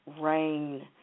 rain